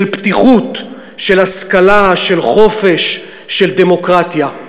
של פתיחות, של השכלה, של חופש, של דמוקרטיה.